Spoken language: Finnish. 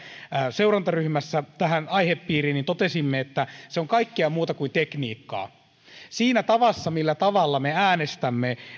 seurantaryhmässä tähän aihepiiriin niin totesimme että se on kaikkea muuta kuin tekniikkaa siinä tavassa millä me äänestämme